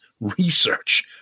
research